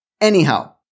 Anyhow